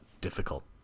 difficult